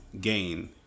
gain